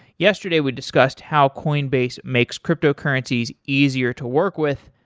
yesterday, we discussed how coinbase makes cryptocurrencies easier to work with,